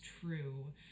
true